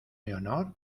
leonor